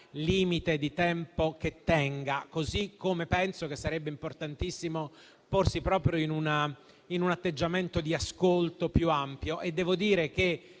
limite di tempo che tenga. Così come penso che sarebbe importantissimo porsi in un atteggiamento di ascolto più ampio. Devo dire che